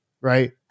right